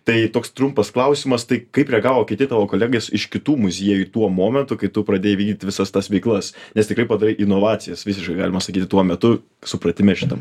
tai toks trumpas klausimas tai kaip reagavo kiti tavo kolegės iš kitų muziejų tuo momentu kai tu pradėjai vykdyt visas tas veiklas nes tikrai padarei inovacijas visiškai galima sakyti tuo metu supratime šitam